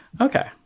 okay